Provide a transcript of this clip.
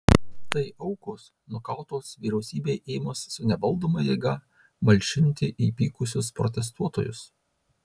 tai aukos nukautos vyriausybei ėmus su nevaldoma jėga malšinti įpykusius protestuotojus